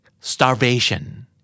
Starvation